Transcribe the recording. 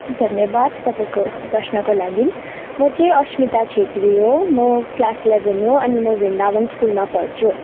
धन्यवाद तपाईँको प्रश्नको लागि म चाहिँ अस्मिता छेत्री हो म क्लास इलेभेन हो अनि म वृन्दावन स्कुलमा पढ्छु